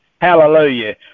hallelujah